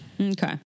Okay